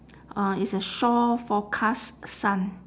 uh it's a shore forecast sun